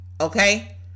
Okay